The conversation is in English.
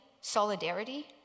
solidarity